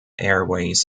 airways